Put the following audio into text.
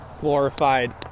glorified